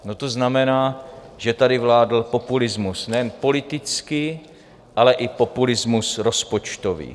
No to znamená, že tady vládl populismus nejen politický, ale i populismus rozpočtový.